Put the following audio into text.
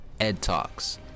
edtalks